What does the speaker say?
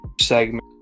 segment